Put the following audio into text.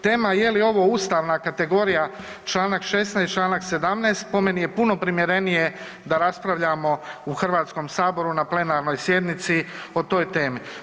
Tema je li ovo ustavna kategorija Članak 16., Članak 17. po meni je puno primjerenije da raspravljamo u Hrvatskom saboru na plenarnoj sjednici o toj temi.